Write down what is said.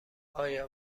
آیا